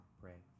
pray